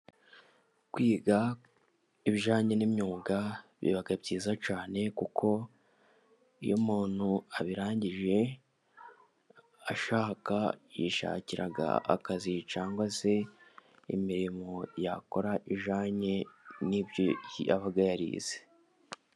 Kwiga ibijyanye n'imyuga biba byiza cyane kuko iyo umuntu abirangije ashaka yishakira akazi cyangwa se imirimo yakora ijyanye n'ibyo aba yarize.